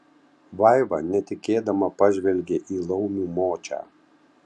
vaiva netikėdama pažvelgė į laumių močią